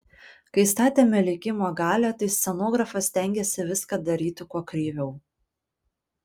kai statėme likimo galią tai scenografas stengėsi viską daryti kuo kreiviau